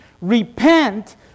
repent